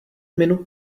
minut